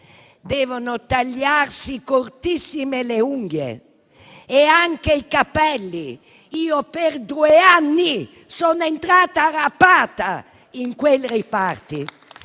devono tagliarsi cortissimi le unghie e anche i capelli. Io per due anni sono entrata rapata in quei reparti